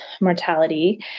mortality